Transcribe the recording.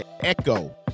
echo